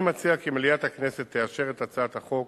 אני מציע כי מליאת הכנסת תאשר את הצעת החוק